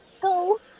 Go